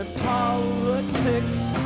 Politics